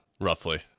roughly